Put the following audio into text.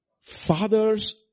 father's